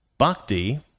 Bhakti